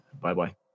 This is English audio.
Bye-bye